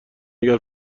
اگر